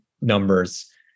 numbers